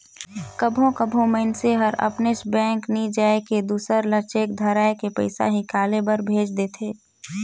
कभों कभों मइनसे हर अपनेच बेंक नी जाए के दूसर ल चेक धराए के पइसा हिंकाले बर भेज देथे